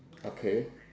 okay